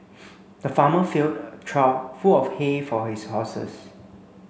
the farmer filled a trough full of hay for his horses